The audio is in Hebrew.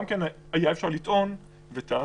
גם אז אפשר היה לטעון, וטענו,